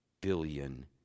billion